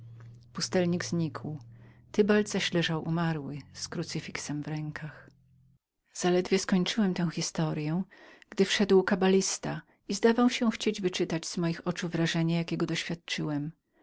pustelnik znikł tybald zaś leżał umarły z krucyfixem w rękach zaledwie skończyłem tę historyę gdy wszedł kabalista i zdawał się chcieć wyczytać z moich oczu wrażenie jakiego doświadczyłem